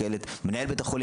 מנהל בית החולים,